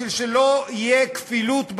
בשביל שלא תהיה כפילות בתעודות,